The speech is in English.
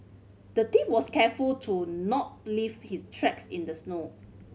the thief was careful to not leave his tracks in the snow